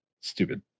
stupid